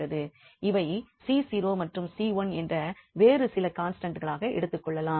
இவை C0மற்றும் C1என்ற வேறு சில கான்ஸ்டன்ட்களாக எடுத்துக்கொள்ளலாம்